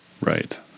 Right